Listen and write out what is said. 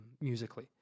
Musically